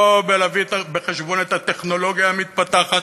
לא בלהביא בחשבון את הטכנולוגיה המתפתחת,